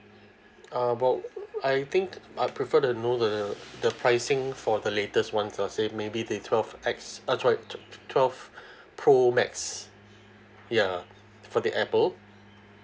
uh but I think I prefer to know the the pricing for the latest ones so let's say maybe the twelve X uh sorry twelve pro max ya for the apple